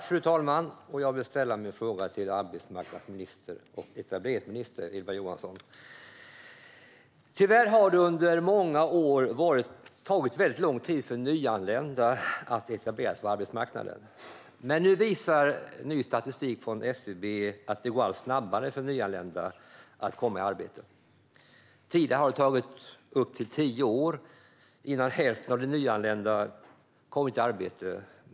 Fru talman! Jag vill ställa min fråga till arbetsmarknads och etableringsminister Ylva Johansson. Under många år har det tyvärr tagit väldigt lång tid för nyanlända att etablera sig på arbetsmarknaden. Men nu visar ny statistik från SCB att det går allt snabbare för nyanlända att komma i arbete. Tidigare har det tagit upp till tio år innan hälften av de nyanlända har kommit i arbete.